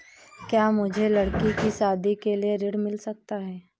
क्या मुझे लडकी की शादी के लिए ऋण मिल सकता है?